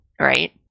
right